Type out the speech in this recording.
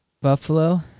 Buffalo